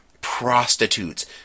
Prostitutes